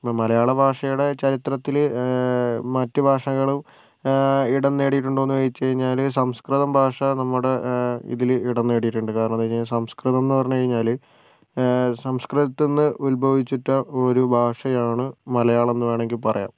മലയാള ഭാഷയുടെ ചരിത്രത്തില് മറ്റു ഭാഷകളും ഇടം നേടിയിട്ടുണ്ടോ എന്ന് ചോദിച്ചു കഴിഞ്ഞാല് സംസ്കൃതം ഭാഷ നമ്മുടെ ഇതില് ഇടം നേടിയിട്ടുണ്ട് കാരണം എന്ത് പറഞ്ഞാൽ സംസ്കൃതം എന്ന് പറഞ്ഞു കഴിഞ്ഞാല് സംസ്കൃതത്തിൽ നിന്ന് ഉൽഭവിച്ച ഒരു ഭാഷയാണ് മലയാളം എന്ന് വേണമെങ്കിൽ പറയാം